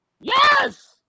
Yes